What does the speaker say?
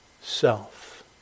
self